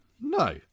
No